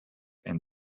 and